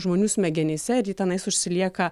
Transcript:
žmonių smegenyse ir ji tenais užsilieka